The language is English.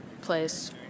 place